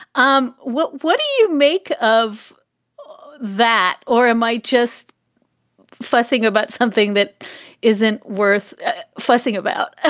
um what what do you make of that, or am i just fussing about something that isn't worth fussing about? ah